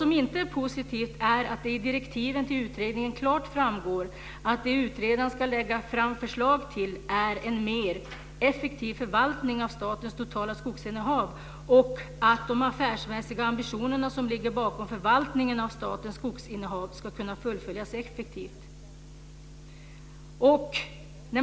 Vad som inte är positivt är att det av direktiven till utredningen klart framgår att det utredaren ska lägga fram förslag om är en mer "effektiv förvaltning av statens totala skogsinnehav" och att "de affärsmässiga ambitioner som ligger bakom förvaltningen av statens skogsinnehav skall kunna fullföljas effektivt".